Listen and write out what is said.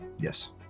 Yes